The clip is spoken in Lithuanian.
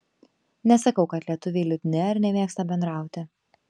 nesakau kad lietuviai liūdni ar nemėgsta bendrauti